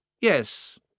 Yes